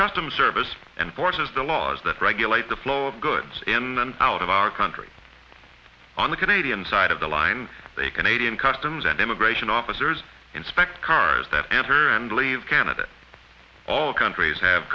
customs service and forces the laws that regulate the flow of goods in and out of our country on the canadian side of the line they canadian customs and immigration officers inspect cars that enter and leave canada all countries have